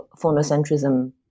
phonocentrism